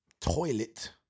Toilet